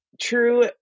true